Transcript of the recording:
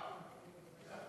ההצעה